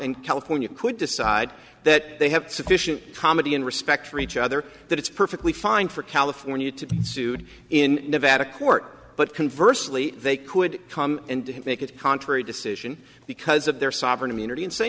and california could decide that they have sufficient comedy and respect for each other that it's perfectly fine for california to be sued in nevada court but converse lee they could come and make it contrary decision because of their sovereign immunity and say